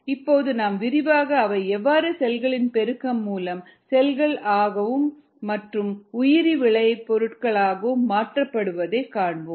இப்போது நாம் விரிவாக அவை எவ்வாறு செல்களின் பெருக்கம் மூலம் செல்கள் ஆகவும் மற்றும் உயிரி விளை பொருட்களாகவும் மாற்றப்படுவதைக் காண்போம்